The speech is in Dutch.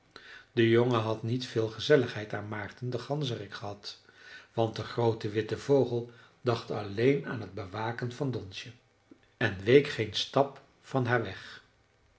de jongen had niet veel gezelligheid aan maarten den ganzerik gehad want de groote witte vogel dacht alleen aan het bewaken van donsje en week geen stap van haar weg